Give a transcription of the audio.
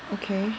okay